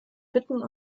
bitten